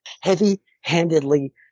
heavy-handedly